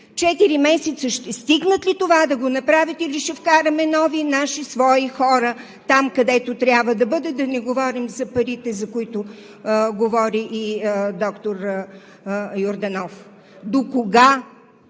Четири месеца ще стигнат ли това да го направите, или ще вкараме нови, наши, свои хора там, където трябва да бъде?! Да не говорим за парите, за които говори и доктор Йорданов. Докога?!